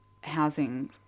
housing